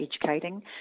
educating